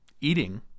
Eating